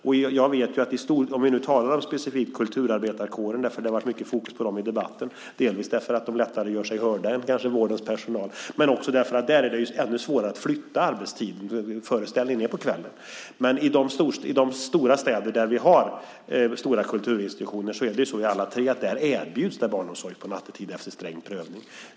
Det har varit ett stort fokus på kulturarbetarkåren i debatten, delvis kanske för att de lättare gör sig hörda än vårdens personal, men också därför att det för dem är ännu svårare att flytta arbetstiden - föreställningarna är ju på kvällen. Men i de tre stora städer där vi har stora kulturinstitutioner erbjuds faktiskt barnomsorg nattetid efter sträng prövning.